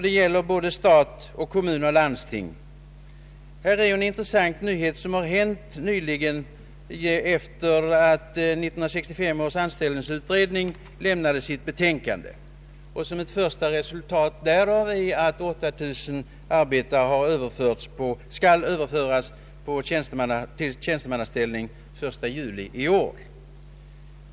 Detta gäller såväl staten som kommunerna och landstingen. En intressant nyhet har inträffat sedan 1965 års anställningsutredning i höstas lämnade sitt betänkande. Ett första resultat därav är att 8 000 arbetare skall överföras till tjänstemannaställning den 1 juli i år.